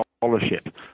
scholarship